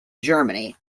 germany